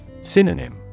Synonym